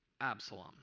Absalom